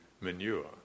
manure